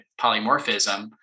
polymorphism